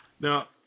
Now